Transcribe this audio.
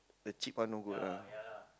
the cheap one no good ah